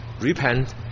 repent